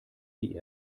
die